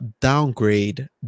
downgrade